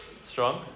strong